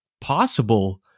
Possible